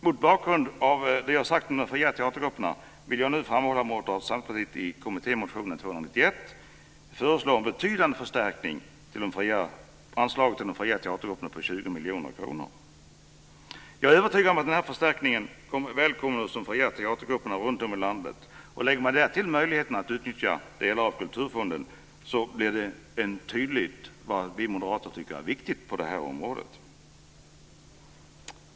Mot bakgrund av det som jag har sagt om de fria teatergrupperna vill jag nu framhålla att Moderata samlingspartiet i kommittémotionen 291 föreslår en betydande förstärkning av anslaget till de fria teatergrupperna med 20 miljoner kronor. Jag är övertygad om att den här förstärkningen kommer att välkomnas av de fria teatergrupperna runtom i landet. Lägger man därtill möjligheterna att utnyttja delar av Kulturfonden blir det tydligt vad vi moderater tycker är viktigt på det här området.